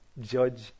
judge